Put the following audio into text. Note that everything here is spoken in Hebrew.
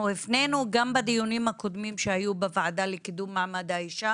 אנחנו הפנינו גם בדיונים הקודמים שהיו בוועדה לקידום מעמד האישה